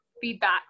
feedback